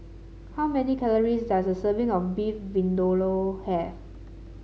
how many calories does a serving of Beef Vindaloo have